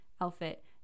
outfit